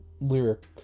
lyric